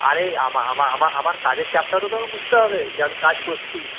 আরে আমার কাজের চাপটা তো তোমাকে বুঝতে হবে যে আমি কাজ করছি